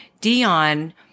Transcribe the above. Dion